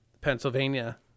Pennsylvania